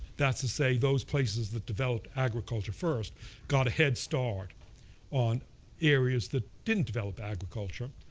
that's to say, those places that developed agriculture first got a head start on areas that didn't develop agriculture,